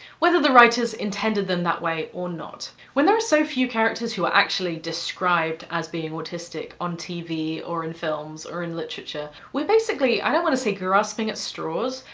whether the writers intended them that way or not. when there are so few characters who are actually described as being autistic on tv, or in films, or in literature, we're basically, i don't want to say grasping at straws,